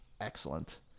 Excellent